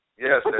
Yes